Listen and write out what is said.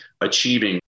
achieving